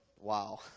wow